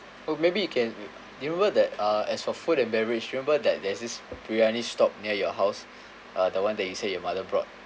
or maybe you can do you remember that uh as for food and beverage remember that there's this biryani stop near your house uh the one that you say your mother brought